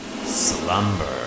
slumber